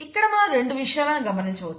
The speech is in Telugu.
ఇక్కడ మనం రెండు విషయాలను గమనించవచ్చు